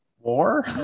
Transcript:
war